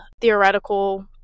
theoretical